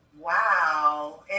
Wow